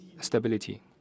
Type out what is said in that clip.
stability